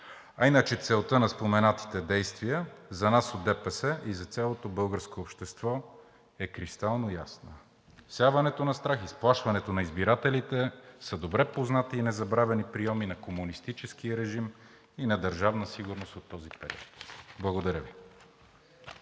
А иначе целта на споменатите действия за нас от ДПС и за цялото българско общество е кристално ясна – всяването на страх, изплашването на избирателите са добре познати и незабравени прийоми на комунистическия режим и на Държавна сигурност от този период. Благодаря Ви.